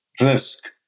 risk